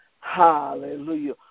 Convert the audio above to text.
hallelujah